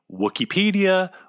Wikipedia